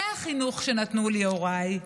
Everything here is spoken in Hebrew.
זה החינוך שנתנו לי הוריי.